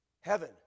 Heaven